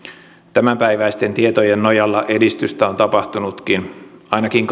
tämänpäiväisten tietojen nojalla edistystä on tapahtunutkin ainakin